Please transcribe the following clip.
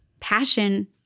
passion